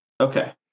Okay